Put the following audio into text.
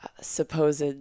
supposed